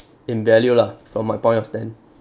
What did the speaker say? in value lah from my point of stand